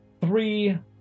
three